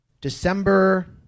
December